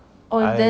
I